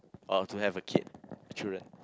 or to have a kid children